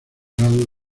grado